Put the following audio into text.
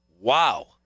wow